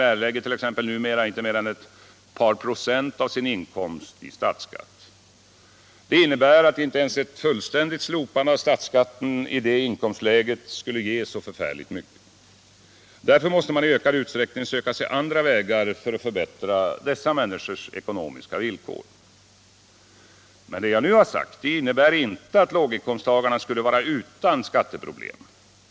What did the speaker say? erlägger 1. ex. numera inte mer än ett par procent av sin inkomst i statsskatt. Det innebär att inte ens ett fullständigt slopande av statsskatten i det inkomstläget skulle ge så förfärligt mycket. Därför måste man i ökad utsträckning söka sig andra vägar för att förbättra dessa människors ekonomiska villkor. Vad jag nu har sagt innebär inte att låginkomsttagarna skulle vara utan skatteproblem.